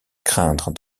craindre